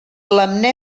prolongada